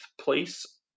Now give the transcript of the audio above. place